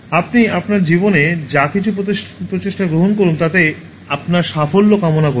আপনি আপনার জীবনে যা কিছু প্রচেষ্টা গ্রহণ করুন তাতে আপনার সাফল্য কামনা করি